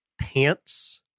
pants